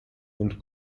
und